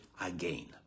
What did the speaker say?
again